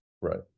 Right